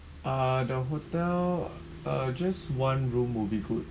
uh the hotel uh just one room would be good